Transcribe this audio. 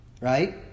right